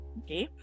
okay